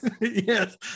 yes